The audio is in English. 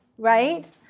right